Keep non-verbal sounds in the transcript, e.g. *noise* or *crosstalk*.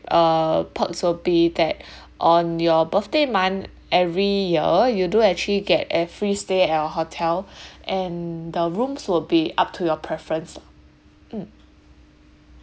uh perks will be that *breath* on your birthday month every year you do actually get a free stay at our hotel *breath* and the rooms will be up to your preference lah mm